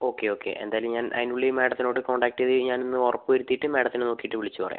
okay okay എന്തായാലും ഞാൻ അതിനുള്ളിൽ മാഡത്തിനോട് കോൺടാക്ട് ചെയ്ത് ഞാനിന്ന് ഉറപ്പ് വരുത്തീട്ട് മാഡത്തിനെ നോക്കീട്ട് വിളിച്ചു പറയാം